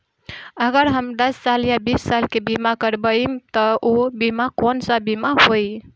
अगर हम दस साल या बिस साल के बिमा करबइम त ऊ बिमा कौन सा बिमा होई?